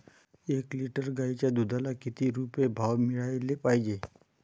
एक लिटर गाईच्या दुधाला किती रुपये भाव मिळायले पाहिजे?